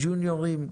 הג'וניורים,